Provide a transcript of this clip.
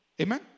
Amen